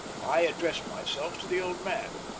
i addressed myself to the old man